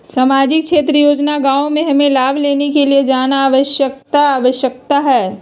सामाजिक क्षेत्र योजना गांव हमें लाभ लेने के लिए जाना आवश्यकता है आवश्यकता है?